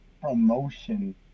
promotion